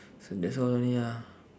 so that's all only ah